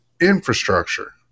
infrastructure